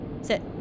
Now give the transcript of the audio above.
Sit